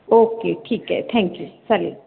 okay ठीक आहे thank you चालेल